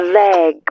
leg